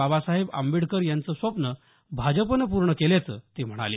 बाबासाहेब आंबेडकर यांचं स्वप्न भाजपनं पूर्ण केल्याचं ते म्हणाले